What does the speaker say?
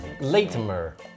Latimer